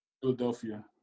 Philadelphia